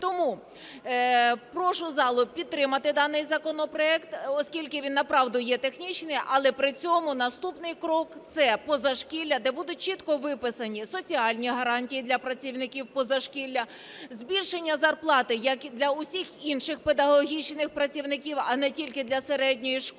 Тому прошу залу підтримати даний законопроект, оскільки він направду є технічним, але при цьому наступний крок – це позашкілля, де будуть чітко виписані соціальні гарантії для працівників позашкілля, збільшення зарплати, як для усіх інших педагогічних працівників, а не тільки для середньої школи,